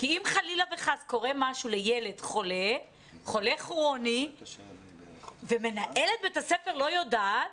אם חלילה וחס קורה משהו לילד חולה כרוני ומנהלת בית הספר לא יודעת,